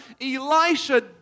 Elisha